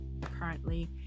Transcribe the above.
currently